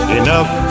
enough